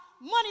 money